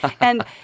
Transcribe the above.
and-